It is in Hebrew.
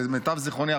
למיטב זיכרוני,